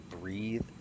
breathe